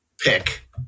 pick